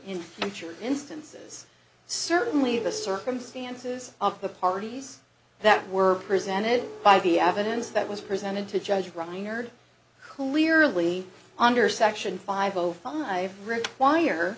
in future instances certainly the circumstances of the parties that were presented by the evidence that was presented to judge reinard coulier lee under section five zero five require